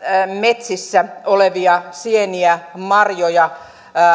metsissä olevia sieniä marjoja